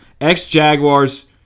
Ex-Jaguars